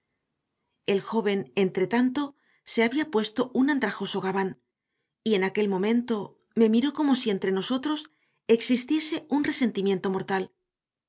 el joven entretanto se había puesto un andrajoso gabán y en aquel momento me miró como si entre nosotros existiese un resentimiento mortal